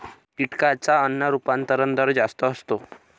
कीटकांचा अन्न रूपांतरण दर जास्त असतो, उदा